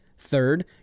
Third